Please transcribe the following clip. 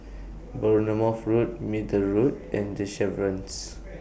Bournemouth Road Middle Road and The Chevrons